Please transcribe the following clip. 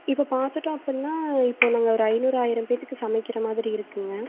இப்போ பார்த்துட்டோம் அப்பிடின்னா இப்போ நாங்கள் ஒரு ஐநூறு ஆயிரம் பேர்த்துக்கு சமைக்கின்ற மாதிரி இருக்குதுங்க